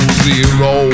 zero